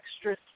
extra